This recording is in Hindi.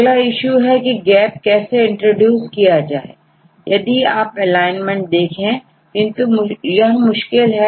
अगला इशू है की गैप कैसे इंट्रोड्यूस किया जाए यदि आप अलाइनमेंट देखेंकिंतु यह मुश्किल है